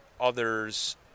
others